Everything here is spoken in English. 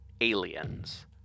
aliens